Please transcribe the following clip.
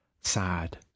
sad